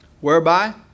whereby